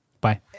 Bye